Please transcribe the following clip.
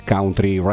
Country